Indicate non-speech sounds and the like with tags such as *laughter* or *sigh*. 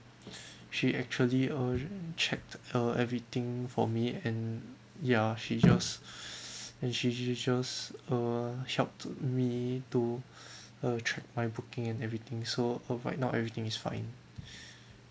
*breath* she actually uh checked uh everything for me and ya she just *breath* and she she she just uh help me to *breath* uh track my booking and everything so uh right now everything is fine *breath*